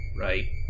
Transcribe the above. right